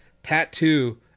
Tattoo